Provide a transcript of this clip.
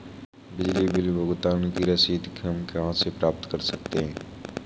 बिजली बिल भुगतान की रसीद हम कहां से ले सकते हैं?